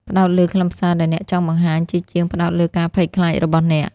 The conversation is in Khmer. ផ្តោតលើខ្លឹមសារដែលអ្នកចង់បង្ហាញ ជាជាងផ្តោតលើការភ័យខ្លាចរបស់អ្នក។